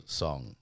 song